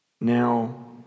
Now